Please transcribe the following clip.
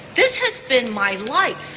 this has been my life,